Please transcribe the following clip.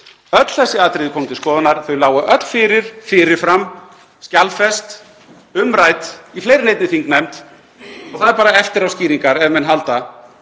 Öll þessi atriði komu til skoðunar. Þau lágu öll fyrir fyrir fram skjalfest, umrædd í fleiri en einni þingnefnd og það eru eftiráskýringar ef menn halda